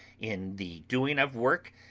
in the doing of work,